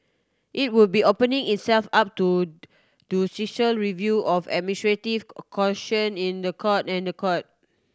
it would be opening itself up to review of administrative caution in the Court